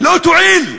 לא תועיל.